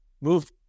move